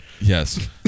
Yes